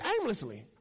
aimlessly